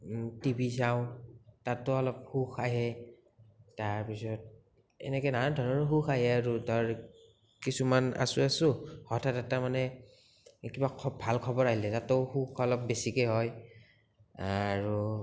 TV চাওঁ তাতো অলপ সুখ আহে তাৰপিছত এনেকে নানা ধৰণৰ সুখ আহে আৰু তাৰ কিছুমান আছোঁ আছোঁ হঠাৎ এটা মানে কিবা ভাল খবৰ আহিলে তাতো সুখ অলপ বেছিকে হয় আৰু